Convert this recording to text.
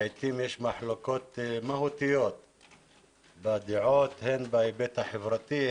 לעתים יש מחלוקות מהותיות בדעות הן בהיבט החברתי,